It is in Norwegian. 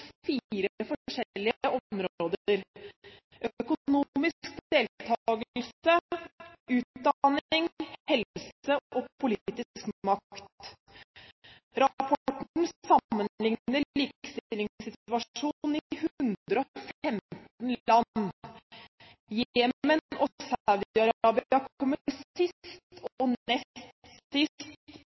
områder: økonomisk deltakelse, utdanning, helse og politisk makt. Rapporten sammenligner likestillingssituasjonen i 115 land. Jemen og Saudi-Arabia kommer sist og nest sist